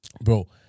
bro